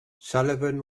sullivan